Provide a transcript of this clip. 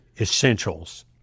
essentials